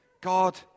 God